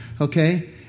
Okay